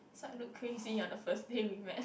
so I look crazy on the first day we met